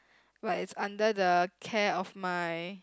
but it's under the care of my